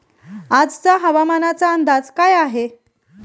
आजचा हवामानाचा अंदाज काय आहे?